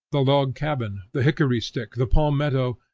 the log-cabin, the hickory-stick, the palmetto,